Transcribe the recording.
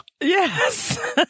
Yes